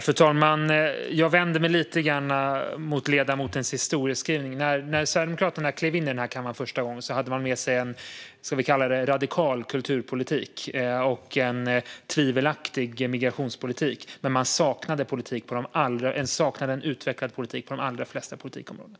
Fru talman! Jag vänder mig lite grann mot ledamotens historieskrivning. När Sverigedemokraterna klev in i kammaren för första gången hade de med sig en radikal kulturpolitik och en tvivelaktig migrationspolitik. De saknade dock en utvecklad politik på de allra flesta politikområden.